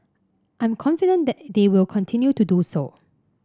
I'm confident they will continue to do so